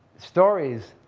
stories,